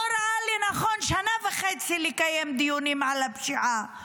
ראה לנכון לקיים דיונים על הפשיעה שנה וחצי.